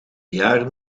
jaren